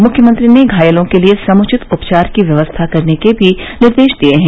मुख्यमंत्री ने घायलों के लिये समुचित उपचार की व्यवस्था करने के भी निर्देश दिये हैं